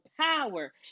power